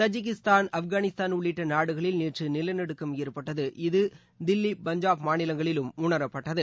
Tajikistan Afghanistan உள்ளிட்டநாடுகளில் நேற்றுநிலநடுக்கம் ஏற்பட்டது இதுதில்லி பஞ்சாப் மாநிலங்களிலும் உணரப்பட்டது